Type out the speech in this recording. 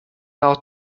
out